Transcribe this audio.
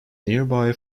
nearby